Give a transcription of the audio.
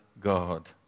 God